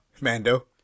Mando